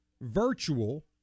virtual